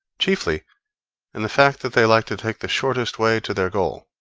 chiefly in the fact that they like to take the shortest way to their goal,